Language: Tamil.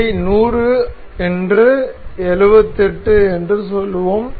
இதை 100 என்று 78 என்று சொல்வோம்